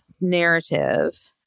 narrative